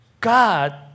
God